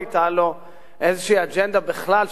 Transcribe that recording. היתה לו איזו אג'נדה בכלל,